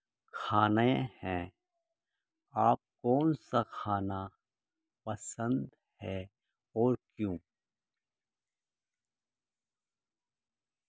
کھانے ہیں آپ کون سا کھانا پسند ہے اور کیوں